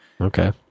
Okay